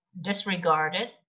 disregarded